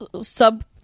sub